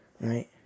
Right